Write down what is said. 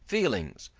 feelings,